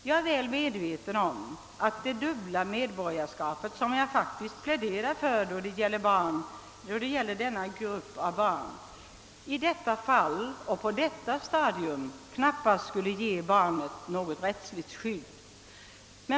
Jag är väl medveten om att det dubbla medborgarskapet, som jag faktiskt pläderar för då det gäller denna grupp av barn, i detta fall och på detta stadium, knappast skulle ge barnet något rättsligt skydd.